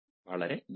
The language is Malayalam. വളരെ നന്ദി